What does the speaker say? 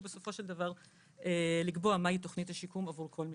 ובסופו של דבר לקבוע מהי תוכנית השיקום עבור כל משתקם.